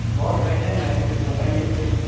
بہت بے چین رہتے ہیں کچھ بتائیے اس کے لیے